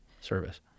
service